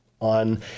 on